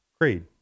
Creed